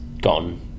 gone